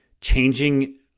changing